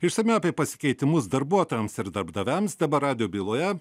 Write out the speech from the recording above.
išsamiau apie pasikeitimus darbuotojams ir darbdaviams dabar radijo byloje